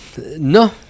No